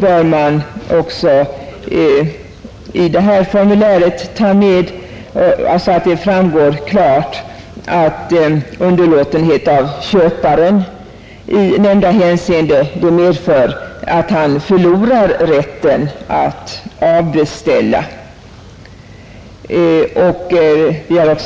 bör i detta formulär ta med en sådan formulering att det framgår klart att underlåtenhet av köparen i nämnda hänseende medför att han förlorar rätten att avbeställa varan.